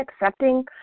accepting